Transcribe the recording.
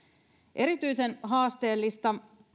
erityisen haasteellista